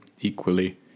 equally